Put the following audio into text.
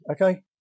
Okay